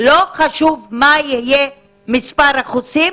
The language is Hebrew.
לא חשוב מה יהיה מספר החוסים?